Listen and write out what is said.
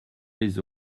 les